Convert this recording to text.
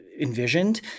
envisioned